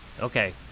Okay